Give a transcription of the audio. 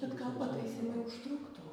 bet gal pataisymai užtruktų